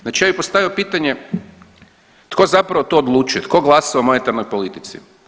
Znači ja bih postavio pitanje tko zapravo to odlučuje, tko glasa o monetarnoj politici?